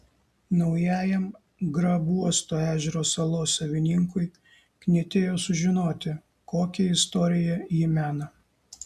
naujajam grabuosto ežero salos savininkui knietėjo sužinoti kokią istoriją ji mena